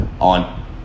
on